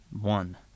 one